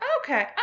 okay